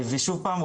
שוב פעם,